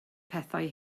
pethau